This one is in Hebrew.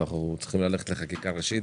אנחנו צריכים ללכת לחקיקה ראשית.